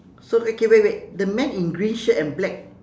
so okay wait wait the man in green shirt and black